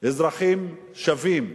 כאזרחים שווים,